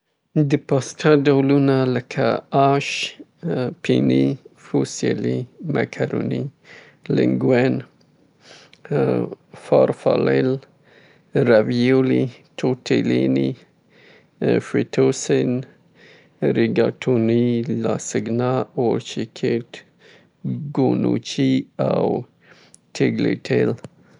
په پسته کې مختلفې انواوې وجود لري چې آش شو یا هم نیودل شو چې مګي ورته وایي او یا هم مختلفې انواوی د مکروني شو یا ریویولو شو، لاساګانو شو، فرافیلی شو همداسې نورې انواوې د پسته وجود لري.